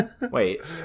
wait